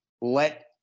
Let